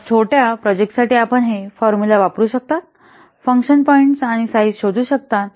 तर छोट्या प्रोजेक्ट साठी आपण हे फॉर्मुला वापरू शकता फंक्शन पॉईंट्स आणि साईझ शोधू शकता